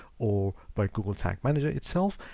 or by google tag manager itself.